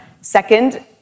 Second